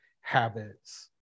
habits